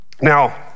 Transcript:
Now